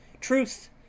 Truth